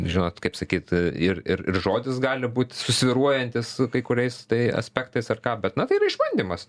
žinot kaip sakyt ir ir ir žodis gali būt svyruojantis su kai kuriais tai aspektais ar ką bet na tai yra išbandymas